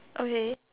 okay